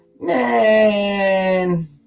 Man